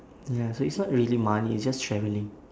ya so it's not really money it's just travelling